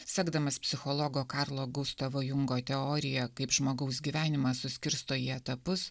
sekdamas psichologo karlo gustavo jungo teoriją kaip žmogaus gyvenimą suskirsto į etapus